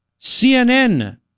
CNN